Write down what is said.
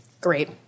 Great